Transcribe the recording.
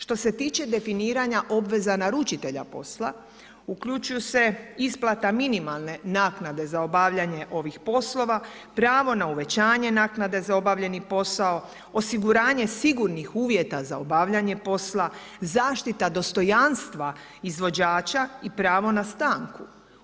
Što se tiče definiranja obveza naručitelja posla, uključuju se isplata minimalne naknade za obavljanje ovih poslova, pravo na uvećanje naknade za obavljeni posao, osiguranje sigurnih uvjeta za obavljanje posla, zaštita dostojanstva izvođača i pravo na stanku.